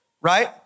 right